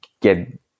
get